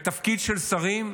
והתפקיד של שרים,